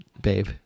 babe